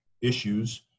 issues